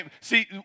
See